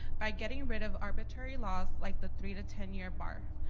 by getting rid of arbitrary laws like the three to ten year bar.